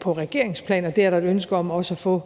på regeringsplan, og det er der et ønske om også at få